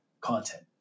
content